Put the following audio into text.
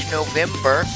November